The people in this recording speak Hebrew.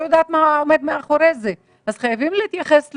יודעת מה עומד מאחורי זה אז חייבים להתייחס לזה.